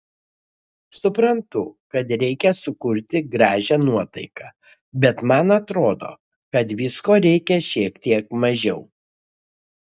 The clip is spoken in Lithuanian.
suprantu kad reikia sukurti gražią nuotaiką bet man atrodo kad visko reikia šiek tiek mažiau